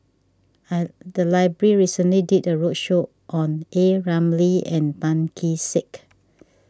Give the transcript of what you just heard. I the library recently did a roadshow on A Ramli and Tan Kee Sek